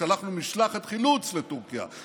שלחנו משלחת חילוץ לטורקיה,